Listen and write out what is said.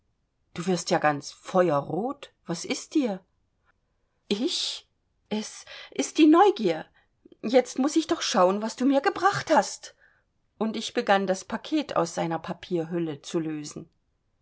du wirst ja ganz feuerrot was ist dir ich es ist die neugier jetzt muß ich doch schauen was du mir gebracht hast und ich begann das paket aus seiner papierhülle zu lösen